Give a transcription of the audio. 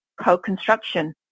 co-construction